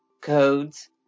codes